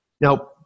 Now